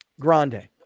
Grande